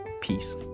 Peace